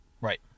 Right